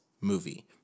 movie